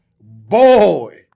Boy